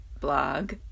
blog